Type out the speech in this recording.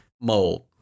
mold